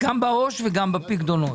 גם בעו"ש וגם בפיקדונות.